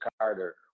Carter